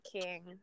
king